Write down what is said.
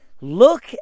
look